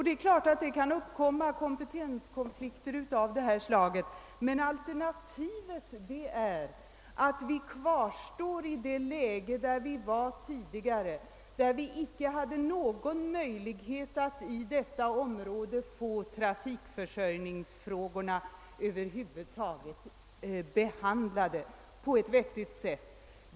Det är klart att det kan uppkomma kompetenskonflikter av detta slag, men alternativet är att vara kvar i det tidigare läget när vi över huvud taget inte hade någon möjlighet att få trafikförsörjningsfrågorna inom Storstockholmsområdet behandlade på ett vettigt sätt.